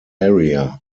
area